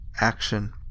action